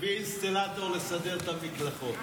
ותביא אינסטלטור לסדר את המקלחות.